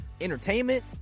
entertainment